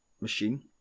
machine